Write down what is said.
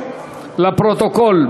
לפרוטוקול,